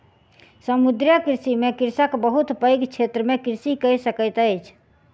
समुद्रीय कृषि में कृषक बहुत पैघ क्षेत्र में कृषि कय सकैत अछि